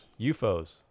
UFOs